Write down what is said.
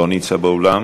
לא נמצא באולם,